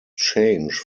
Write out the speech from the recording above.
change